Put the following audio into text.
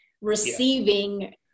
receiving